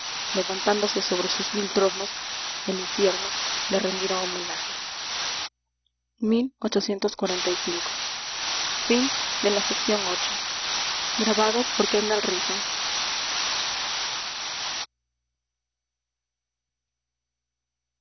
levantándose sobre sus mil tronos el infierno le rendirá homenaje